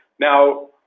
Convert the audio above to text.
Now